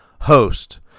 host